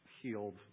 healed